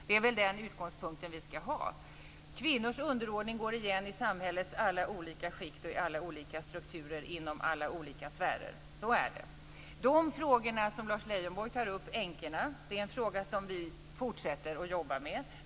Det är väl den utgångspunkt som vi ska ha. Kvinnors underordning går igen i samhällets alla olika skikt och i alla olika strukturer inom alla olika sfärer. Så är det. En av de frågor som Lars Leijonborg tar upp, änkorna, är en fråga som vi fortsätter att jobba med.